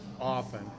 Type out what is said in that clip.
often